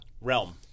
realm